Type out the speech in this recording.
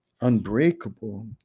unbreakable